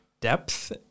depth